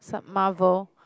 sub marvel